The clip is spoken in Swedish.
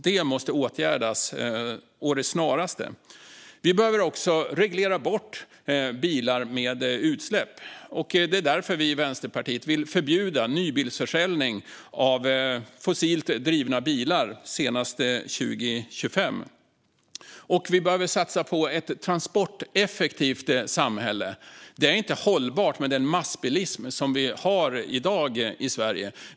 Detta måste åtgärdas å det snaraste. Vi behöver också reglera bort bilar med utsläpp. Därför vill Vänsterpartiet förbjuda nybilsförsäljning av fossildrivna bilar senast 2025. Vi behöver satsa på ett transporteffektivt samhälle. Det är inte hållbart med den massbilism vi har i Sverige i dag.